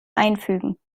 einfügen